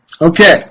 Okay